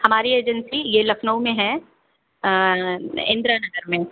हमारी एजेन्सी ये लखनऊ में है इन्द्रानगर में